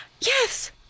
Yes